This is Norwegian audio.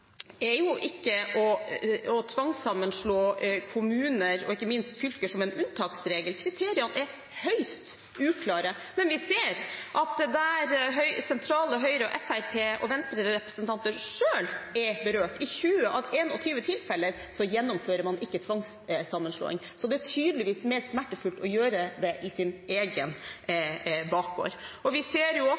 er jo ikke å tvangssammenslå kommuner, og ikke minst fylker, som en unntaksregel. Kriteriene er høyst uklare. Men vi ser at der sentrale representanter fra Høyre, Fremskrittspartiet og Venstre selv er berørt – i 20 av 21 tilfeller – gjennomfører man ikke tvangssammenslåing. Det er tydeligvis mer smertefullt å gjøre det i sin egen bakgård. Vi ser også